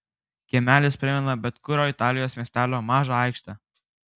kiemelis primena bet kurio italijos miestelio mažą aikštę